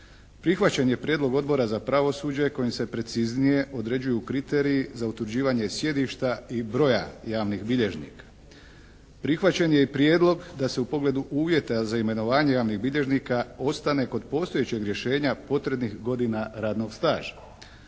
Prihvaćen je prijedlog Odbora za pravosuđe kojim se preciznije određuju kriteriji za utvrđivanje sjedišta i broja javnih bilježnika. Prihvaćen je i prijedlog da se u pogledu uvjeta za imenovanje javnih bilježnika ostane kod postojećeg rješenja potrebnih godina radnog staža.